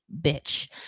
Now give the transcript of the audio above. bitch